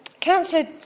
Councillor